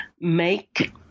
make